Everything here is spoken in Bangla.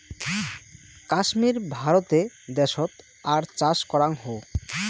কাশ্মীর ভারতে দ্যাশোত আর চাষ করাং হউ